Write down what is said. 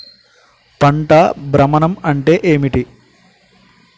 పంట భ్రమణం అంటే ఏంటి?